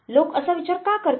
लोक असा विचार का करतात